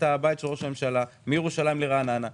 הבית של ראש הממשלה מירושלים לרעננה,